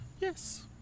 Yes